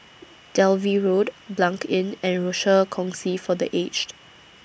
Dalvey Road Blanc Inn and Rochor Kongsi For The Aged